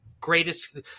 Greatest